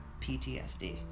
PTSD